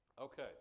okay